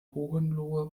hohenlohe